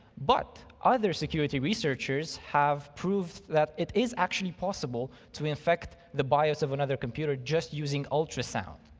but other security researchers have proved that it is actually possible to infect the bias of another computer just using ultrasound.